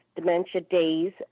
DementiaDays